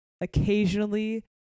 occasionally